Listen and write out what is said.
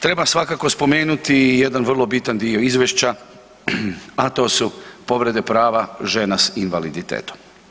Treba svakako spomenuti i jedan vrlo bitan dio izvješća, a to su povrede prava žena s invaliditetom.